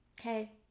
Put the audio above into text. okay